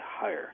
higher